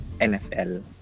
NFL